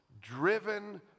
driven